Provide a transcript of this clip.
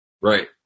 Right